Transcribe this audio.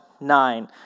nine